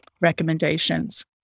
recommendations